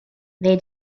they